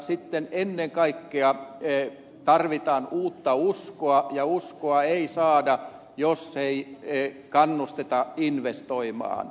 sitten ennen kaikkea tarvitaan uutta uskoa ja uskoa ei saada jos ei kannusteta investoimaan